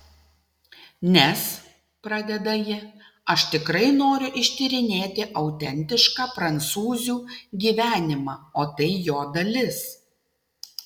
nes pradeda ji aš tikrai noriu ištyrinėti autentišką prancūzių gyvenimą o tai jo dalis